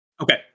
Okay